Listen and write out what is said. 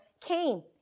came